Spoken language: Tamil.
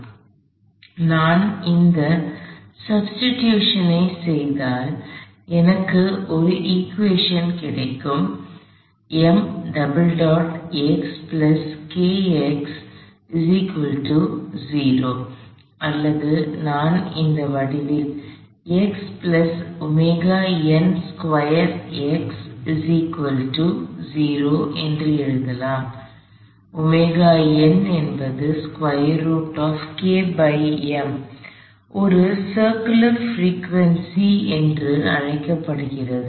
எனவே நான் அந்த சபிஸ்டிடூஷன் ஐ substitution மாற்றீடு செய்தால் எனக்கு ஒரு இக்குவேஷன்சமன்பாடு கிடைக்கும் அல்லது நான் இந்த வடிவில் எழுதலாம் அது சர்குலர் பிரிக்வேன்சி Circular frequencyவட்ட அதிர்வெண் என்றும் அழைக்கப்படுகிறது